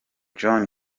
john